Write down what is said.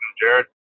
Jared